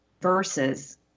versus